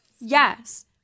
Yes